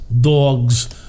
dogs